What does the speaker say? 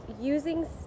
using